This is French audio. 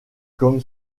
comme